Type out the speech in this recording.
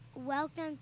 Welcome